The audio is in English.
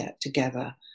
Together